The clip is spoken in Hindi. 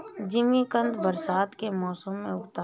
जिमीकंद बरसात के समय में उगता है